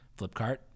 Flipkart